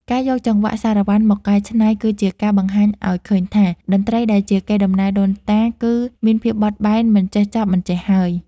ការយកចង្វាក់សារ៉ាវ៉ាន់មកកែច្នៃ គឺជាការបង្ហាញឱ្យឃើញថា តន្ត្រីដែលជាកេរដំណែលដូនតាគឺមានភាពបត់បែនមិនចេះចប់មិនចេះហើយ។